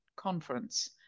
Conference